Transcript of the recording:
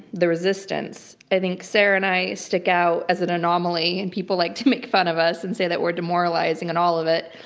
the resistance, i think sarah and i stick out as an anomaly and people like to make fun of us and say that we're demoralizing and all of it.